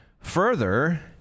Further